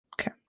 Okay